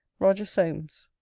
roger solmes.